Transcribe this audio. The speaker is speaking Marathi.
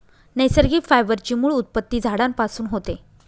नैसर्गिक फायबर ची मूळ उत्पत्ती झाडांपासून होते